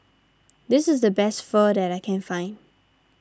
this is the best Pho that I can find